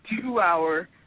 two-hour